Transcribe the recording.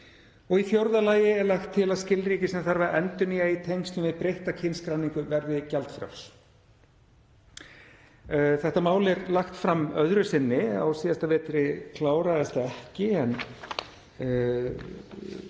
Í fjórða lagi er lagt til að skilríki sem þarf að endurnýja í tengslum við breytta kynskráningu verði gjaldfrjáls. Þetta mál er lagt fram öðru sinni. Á síðasta vetri kláraðist það ekki en